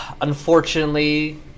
Unfortunately